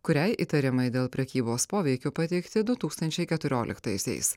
kuriai įtarimai dėl prekybos poveikiu pateikti du tūkstančiai keturioliktaisiais